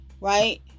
right